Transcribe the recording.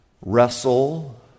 wrestle